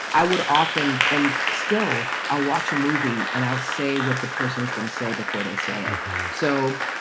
i would often and still i'll watch a movie and i'll say what the person is going to say before they say so.